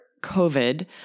COVID